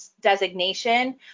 designation